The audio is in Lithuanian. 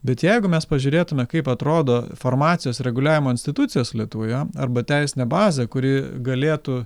bet jeigu mes pažiūrėtume kaip atrodo farmacijos reguliavimo institucijos lietuvoje arba teisinė bazė kuri galėtų